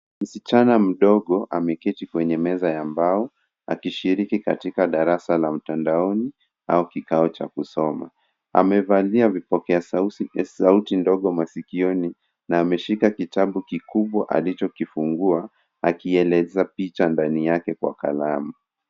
Msichana mdogo ameketi kwenye meza ya mbao akishiriki katika darasa la mtandaoni au kikao cha kusoma. Amevalia vipokeasauti ndogo masikioni na ameshika kitabu kikubwa alichokifungua akieleza picha ndani yake kwa kalamu.